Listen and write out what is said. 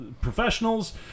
professionals